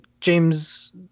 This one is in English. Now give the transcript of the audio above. James